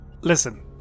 Listen